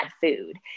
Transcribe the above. food